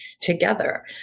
together